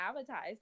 advertise